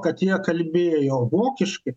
kad jie kalbėjo vokiškai